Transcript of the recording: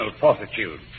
fortitude